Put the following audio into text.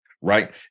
Right